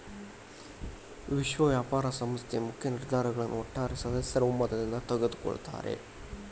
ವಿಶ್ವ ವ್ಯಾಪಾರ ಸಂಸ್ಥೆ ಮುಖ್ಯ ನಿರ್ಧಾರಗಳನ್ನ ಒಟ್ಟಾರೆ ಸದಸ್ಯರ ಒಮ್ಮತದಿಂದ ತೊಗೊಳ್ತಾರಾ